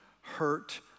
hurt